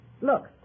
Look